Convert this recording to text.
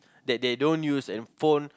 that they don't use and phone